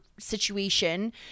Situation